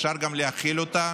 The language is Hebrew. אפשר גם להחיל אותה